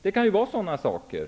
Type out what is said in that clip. Det kan bero på sådant.